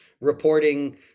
reporting